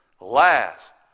last